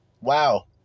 Wow